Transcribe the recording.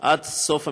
עד סוף המלחמה.